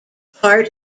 part